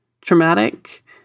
traumatic